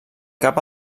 cap